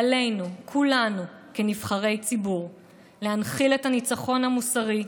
עלינו כולנו כנבחרי ציבור להנחיל את הניצחון המוסרי,